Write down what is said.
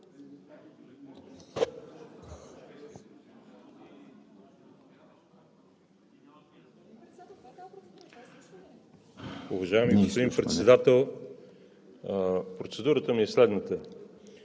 Уважаеми господин Председател, процедурата ми е следната: